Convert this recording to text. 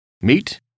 Meet